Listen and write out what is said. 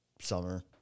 Summer